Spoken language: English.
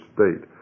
State